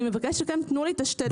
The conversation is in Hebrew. אני מבקשת שתיתנו לי את שתי הדקות האלה.